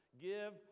Give